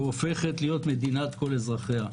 והופכת להיות מדינת כל אזרחיה.